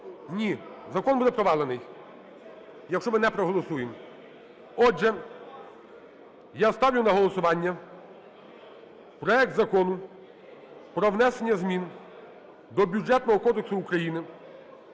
Ні! Закон буде провалений, якщо ми не проголосуємо. Отже, я ставлю на голосування проект Закону про внесення змін до Бюджетного кодексу України